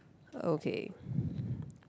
okay